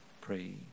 pray